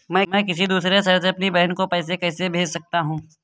मैं किसी दूसरे शहर से अपनी बहन को पैसे कैसे भेज सकता हूँ?